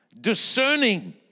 discerning